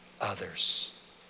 others